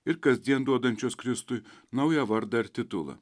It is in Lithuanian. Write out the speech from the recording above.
ir kasdien duodančios kristui naują vardą ar titulą